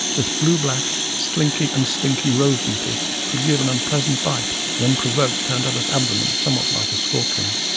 this blue-black, slinky and stinky rove beetle could give an unpleasant bite and when provoked turned up its abdomen somewhat like a scorpion.